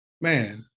man